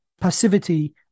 passivity